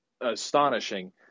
astonishing